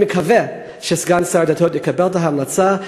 אני מקווה שסגן שר הדתות יקבל את ההמלצה,